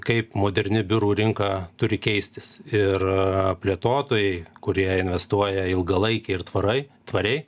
kaip moderni biurų rinka turi keistis ir plėtotojai kurie investuoja ilgalaikiai ir tvarai tvariai